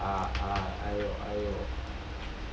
ah ah ah !aiyo! !aiyo!